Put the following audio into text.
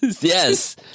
Yes